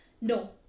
No